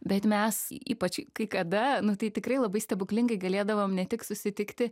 bet mes ypač kai kada nu tai tikrai labai stebuklingai galėdavom ne tik susitikti